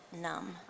numb